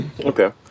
Okay